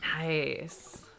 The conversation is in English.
Nice